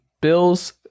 bills